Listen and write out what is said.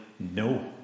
No